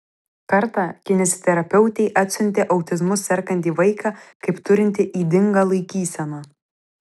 kartą kineziterapeutei atsiuntė autizmu sergantį vaiką kaip turintį ydingą laikyseną